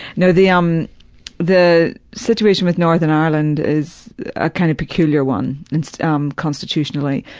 no, the um the situation with northern ireland is a kind of peculiar one. it's um constitutionally,